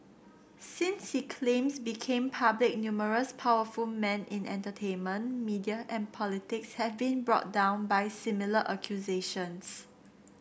since he claims became public numerous powerful men in entertainment media and politics have been brought down by similar accusations